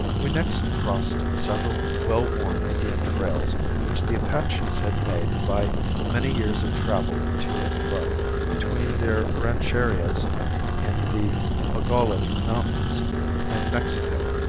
we next crossed several well-worn indian trails which the apaches had made by many years of travel to and fro between their rancherias in the mogollon mountains and mexico.